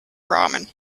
ramen